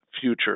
future